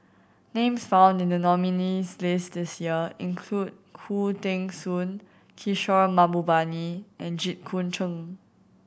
names found in the nominees' list this year include Khoo Teng Soon Kishore Mahbubani and Jit Koon Ch'ng